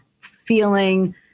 feeling